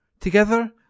Together